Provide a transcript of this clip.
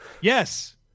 Yes